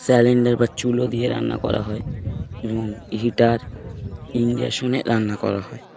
cylinder বা চুলো দিয়ে রান্না করা হয় এবং হিটার ইণ্ডাকশনে রান্না করা হয়